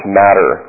matter